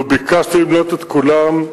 לו ביקשתי למנות את כולם,